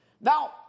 Now